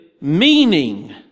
meaning